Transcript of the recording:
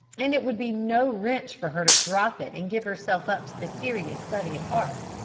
and it would be no wrench for her to drop it and give herself up to the serious study of art.